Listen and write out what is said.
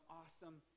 awesome